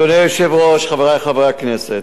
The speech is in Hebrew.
אדוני היושב-ראש, חברי חברי הכנסת,